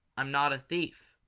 i'm not a thief.